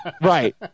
Right